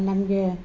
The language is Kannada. ನಮಗೆ